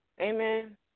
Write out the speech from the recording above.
Amen